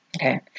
okay